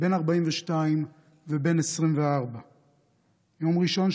בן 42 ובן 24. ביום ראשון,